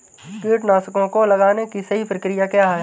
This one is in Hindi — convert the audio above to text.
कीटनाशकों को लगाने की सही प्रक्रिया क्या है?